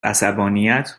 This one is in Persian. عصبانیت